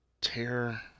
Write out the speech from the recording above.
tear